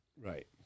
right